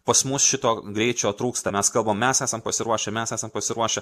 pas mus šito greičio trūksta mes kalbam mes esam pasiruošę mes esam pasiruošę